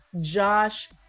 josh